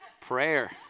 Prayer